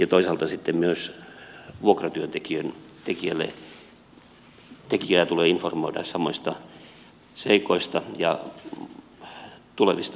toisaalta sitten myös vuokratyöntekijää tulee informoida samoista seikoista ja tulevista työllistämismahdollisuuksista